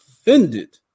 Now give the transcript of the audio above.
offended